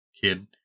kid